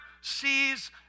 sees